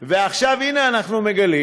ועכשיו, הנה אנחנו מגלים